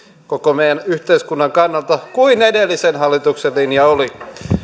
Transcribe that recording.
koko meidän yhteiskunnan kannalta kuin edellisen hallituksen linja oli